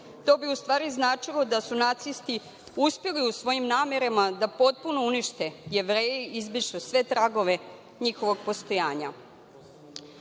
To bi u stvari značilo da su nacisti uspeli u svojim namerama da potpuno unište Jevreje, izbrišu sve tragove njihovog postojanja“.Zbog